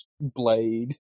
blade